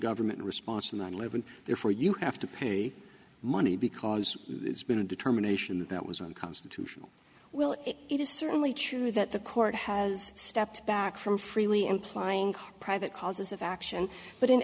government response to nine eleven therefore you have to pay money because it's been a determination that was unconstitutional well it is certainly true that the court has stepped back from freely implying private causes of action but in